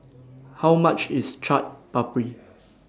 How much IS Chaat Papri